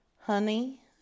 Honey